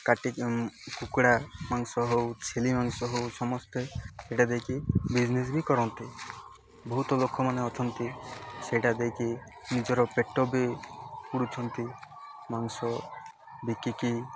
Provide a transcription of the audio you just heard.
କାଟି କୁକୁଡ଼ା ମାଂସ ହଉ ଛେଳି ମାଂସ ହଉ ସମସ୍ତେ ସେଇଟା ଦେଇକି ବିଜନେସ୍ ବି କରନ୍ତି ବହୁତ ଲୋକମାନେ ଅଛନ୍ତି ସେଇଟା ଦେଇକି ନିଜର ପେଟ ବି ପୋଷୁଛନ୍ତି ମାଂସ ବିକିକି